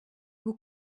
vous